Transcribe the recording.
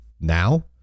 now